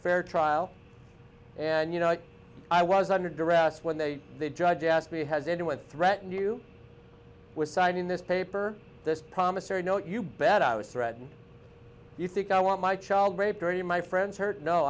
fair trial and you know i was under duress when they the judge asked me has anyone threatened you with side in this paper this promissary note you bet i was threatened you think i want my child rape or any of my friends hurt no